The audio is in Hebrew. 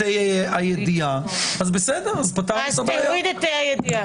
אנחנו לא רוצות שיפנו לנפגעות אחת-אחת לא משרד הבריאות,